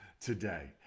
today